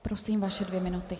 Prosím, vaše dvě minuty.